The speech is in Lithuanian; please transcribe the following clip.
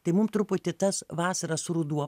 tai mum truputį tas vasara su ruduo